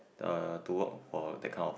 uh to work for that kind of